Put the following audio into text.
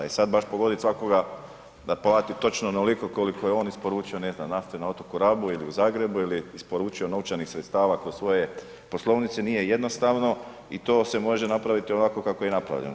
I sada baš pogoditi svakoga da plati točno onoliko koliko je on isporučio, ne znam nafte na otoku Rabu ili u Zagrebu ili isporučio novčanih sredstava kod svoje poslovnice nije jednostavno i to se može napraviti ovako kako je napravljeno.